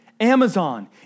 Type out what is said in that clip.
Amazon